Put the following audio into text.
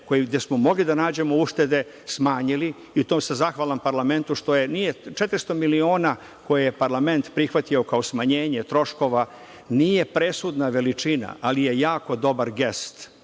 gde smo mogli da nađemo uštede smanjili i na tome sam zahvalan parlamentu što nije, 400 miliona, koje je parlament prihvatio kao smanjenje troškova, nije presudna veličina, ali je jako dobar gest,